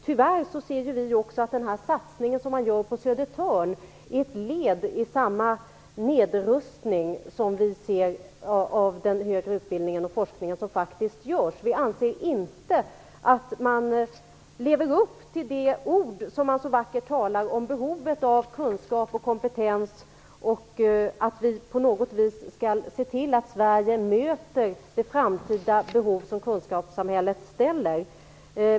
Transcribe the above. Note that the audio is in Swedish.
Tyvärr ser vi att den satsning man gör på Södertörn är ett led i den nedrustning av den högre utbildningen och forskningen som faktiskt görs. Vi anser inte att man lever upp till de vackra ord man använder när man talar om behovet av kunskap och kompetens och att vi på något vis skall se till att Sverige möter de framtida behov som kunskapssamhället har.